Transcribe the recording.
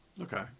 Okay